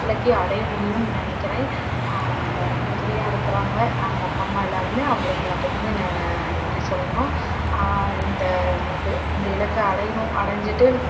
இலக்கையும் அடைய முடியும்னு நினைக்கிறேன் எனக்கு உறுதுணையாக இருக்கிறாங்க எங்கள் அப்பா அம்மா எல்லோருமே அவங்களுக்கு எல்லாத்துக்குமே ந நன்றி சொல்லணும் இந்த இது இந்த இலக்கை அடையணும் அடைஞ்சிட்டு